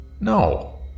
No